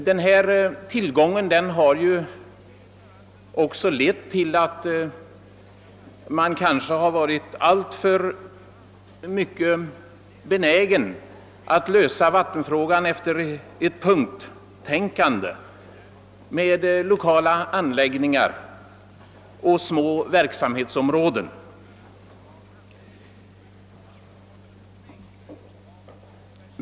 Denna tillgång har också lett till att man kanske har varit alltför benägen att lösa vattenfrågan efter ett punkttänkande med lokala anläggningar och små verksamhetsområden.